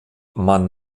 man